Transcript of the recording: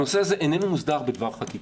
הנושא הזה אינו מוסדר בדבר חקיקה.